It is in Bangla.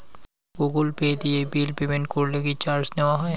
গুগল পে দিয়ে বিল পেমেন্ট করলে কি চার্জ নেওয়া হয়?